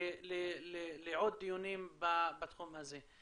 לעוד דיונים בתחום הזה.